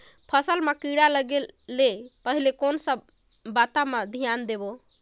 फसल मां किड़ा लगे ले पहले कोन सा बाता मां धियान देबो?